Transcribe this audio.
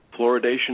Fluoridation